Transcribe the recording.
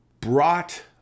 brought